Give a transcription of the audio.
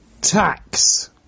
tax